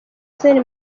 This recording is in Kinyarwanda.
zayn